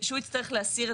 אני מבק3שת להבהיר משהו.